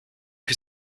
que